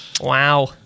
Wow